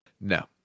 No